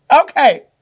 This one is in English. Okay